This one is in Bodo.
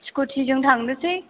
स्कुटिजों थांनोसै